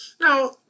Now